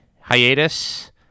hiatus